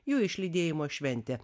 jo išlydėjimo šventė